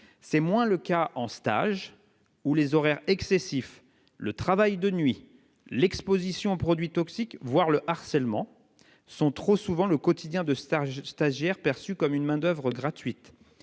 reprise de confiance : les horaires excessifs, le travail de nuit, l'exposition aux produits toxiques voire le harcèlement sont trop souvent le quotidien de stagiaires perçus comme une main-d'oeuvre gratuite.